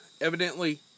Evidently